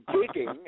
digging